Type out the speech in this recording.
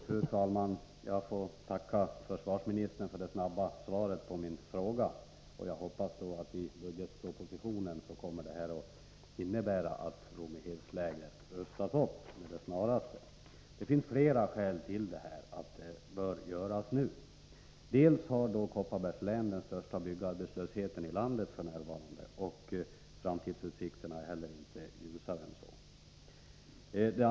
Fru talman! Jag tackar försvarsministern för det snabba svaret på min fråga. Jag hoppas att förslaget i budgetpropositionen kommer att innebära att Rommehedslägret rustas upp med det snaraste. Det finns flera skäl till att det bör göras nu. Dels har Kopparbergs län den största byggarbetslösheten i landet f. n. och framtidsutsikterna är inte heller ljusa.